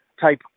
type